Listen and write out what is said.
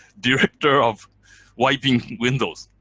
director of wiping windows,